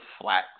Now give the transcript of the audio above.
flat